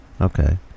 Okay